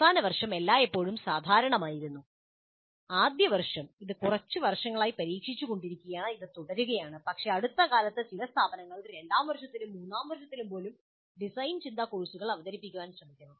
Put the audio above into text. അവസാന വർഷം എല്ലായ്പ്പോഴും സാധാരണമായിരുന്നു ആദ്യ വർഷം ഇത് കുറച്ച് വർഷങ്ങളായി പരീക്ഷിച്ചു കൊണ്ടിരിക്കുകയാണ് ഇത് തുടരുകയാണ് പക്ഷേ അടുത്തകാലത്ത് ചില സ്ഥാപനങ്ങൾ രണ്ടാം വർഷത്തിലും മൂന്നാം വർഷത്തിലും പോലും ഡിസൈൻ ചിന്താ കോഴ്സ് അവതരിപ്പിക്കാൻ ശ്രമിക്കുന്നു